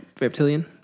Reptilian